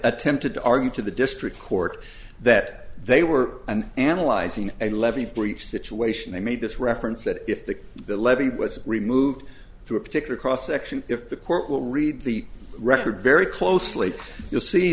attempted to argue to the district court that they were and analyzing a levee breach situation they made this reference that if the levee was removed through a particular cross section if the court will read the record very closely you'll see